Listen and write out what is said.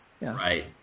right